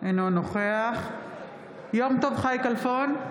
אינו נוכח יום טוב חי כלפון,